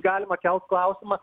galima kelt klausimą